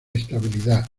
estabilidad